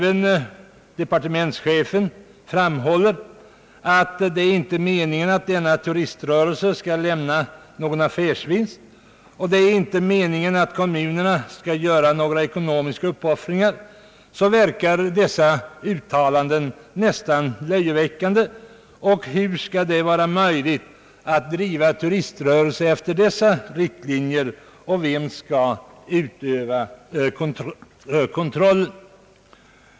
Men när departementschefen framhåller att det inte är meningen att denna turiströrelse skall lämna någon affärsvinst och att det inte är meningen att kommunerna skall göra några ekonomiska uppoffringar, verkar dessa uttalanden nästan löjeväckande. Hur skall det vara möjligt att driva en turiströrelse efter dessa riktlinjer, och vem skall utöva kontrollen?